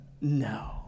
no